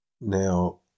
Now